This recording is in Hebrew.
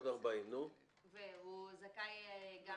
עוד 40,000. והוא זכאי גם